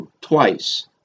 Twice